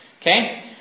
okay